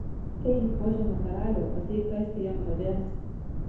ei požemio karaliau ateik kasti jam duobės